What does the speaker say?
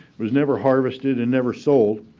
was never harvested and never sold.